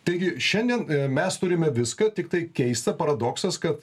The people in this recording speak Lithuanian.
taigi šiandien mes turime viską tiktai keista paradoksas kad